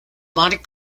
monte